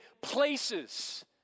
places